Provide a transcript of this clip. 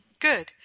Good